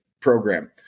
program